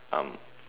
um